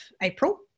April